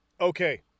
Okay